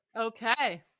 Okay